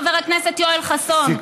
חבר הכנסת יואל חסון,